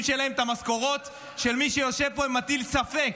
שלהם את המשכורות של מי שיושב פה ומטיל ספק,